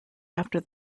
after